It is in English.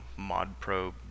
modprobe